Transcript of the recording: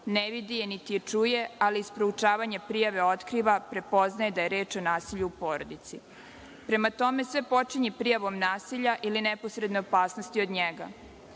ne vidi je, niti je čuje, ali iz proučavanja prijave otkriva, prepoznaje da je reč o nasilju u porodici. Prema tome, sve počinje prijavom nasilja ili neposredne opasnosti od njega.